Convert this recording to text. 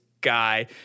guy